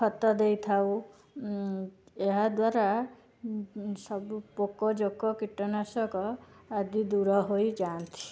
ଖତ ଦେଇ ଥାଉ ଏହା ଦ୍ୱାରା ସବୁ ପୋକ ଜୋକ କୀଟନାଶକ ଆଦି ଦୂର ହୋଇଯାଆନ୍ତି